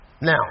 Now